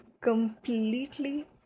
completely